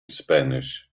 spanish